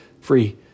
free